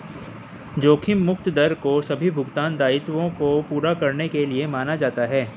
जोखिम मुक्त दर को सभी भुगतान दायित्वों को पूरा करने के लिए माना जाता है